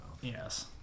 Yes